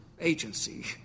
agency